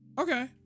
Okay